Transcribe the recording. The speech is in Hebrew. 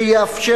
שיאפשר,